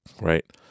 right